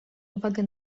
uwagę